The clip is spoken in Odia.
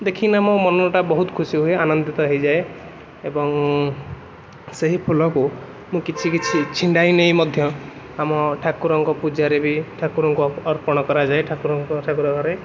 ଦେଖିକିନା ମୋ ମନଟା ବହୁତ ଖୁସି ହୁଏ ଆନନ୍ଦିତ ହେଇଯାଏ ଏବଂ ସେହି ଫୁଲକୁ ମୁଁ କିଛି କିଛି ଛିଣ୍ଡାଇ ନେଇ ମଧ୍ୟ ଆମ ଠାକୁରଙ୍କ ପୂଜାରେ ବି ଠାକୁରଙ୍କୁ ଅର୍ପଣ କରାଯାଏ ଠାକୁରଙ୍କ ଠାକୁରଘରେ